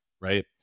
right